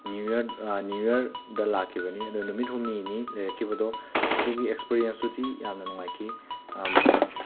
new year new ꯌꯔꯗ ꯂꯥꯛꯈꯤꯕꯅꯤ ꯑꯗꯣ ꯅꯨꯃꯤꯠ ꯍꯨꯝꯅꯤꯅꯤ ꯂꯩꯔꯛꯈꯤꯕꯗꯣ ꯑꯗꯨꯒꯤ ꯑꯦꯛꯁꯄꯔꯤꯌꯦꯟꯁꯇꯨꯗꯤ ꯌꯥꯝꯅ ꯅꯨꯡꯉꯥꯏꯈꯤ ꯃꯁꯤꯃꯛꯅꯤ